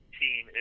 team